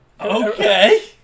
Okay